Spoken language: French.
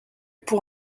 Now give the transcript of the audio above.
pour